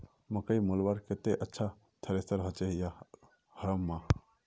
मकई मलवार केते अच्छा थरेसर होचे या हरम्बा?